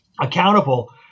accountable